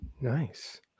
Nice